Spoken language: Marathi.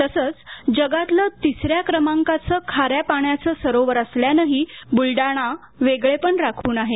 तसंच जगातलं तिस या क्रमांकाचं खा या पाण्याचं सरोवर असल्यानंही बुलढाणा वेगळेपण राखून आहे